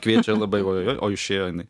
kviečia labai ojojoj o išėjo jinai